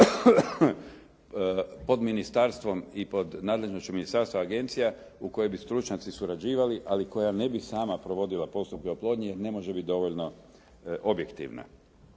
pod ministarstvom i pod nadležnošću ministarstva agencija u kojima bi stručnjaci surađivali, ali koja ne bi sama provodila postupke oplodnje, jer ne može biti dovoljno objektivna.